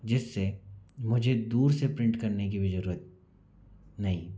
जिससे मुझे दूर से प्रिंट करने की भी ज़रूरत नहीं